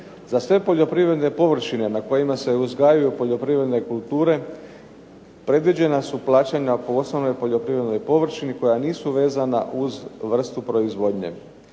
Za sve poljoprivredne površine na kojima se uzgajaju poljoprivredne kulture predviđena su plaćanja po osnovnoj poljoprivrednoj površini koja nisu vezana uz vrstu proizvodnje.